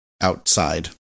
outside